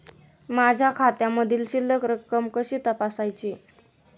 माझ्या खात्यामधील शिल्लक रक्कम कशी तपासायची?